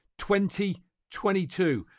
2022